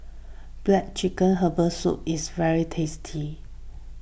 Black Chicken Herbal Soup is very tasty